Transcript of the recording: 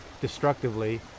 destructively